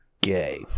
gay